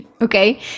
okay